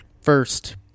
first